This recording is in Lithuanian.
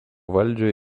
valdžią